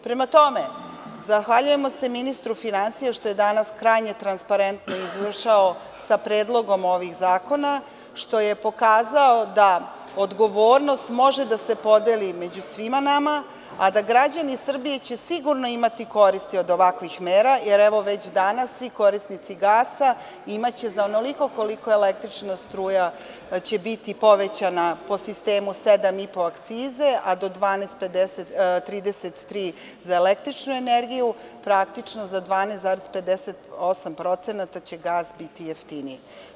Prema tome, zahvaljujemo se ministru finansija što je danas krajnje transparentno izašao sa predlogom ovih zakona, što je pokazao da odgovornost može da se podeli među svima nama, a da će građani Srbije sigurno imati koristi od ovakvih mera, jer već danas svi korisnici gasa imaće za onoliko koliko će električna struja biti povećana, po sistemu 7,5 akcize, a do 12,33 za električnu energiju, praktično za 12,58% će gas biti jeftiniji.